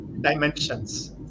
dimensions